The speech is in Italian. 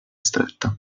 stretta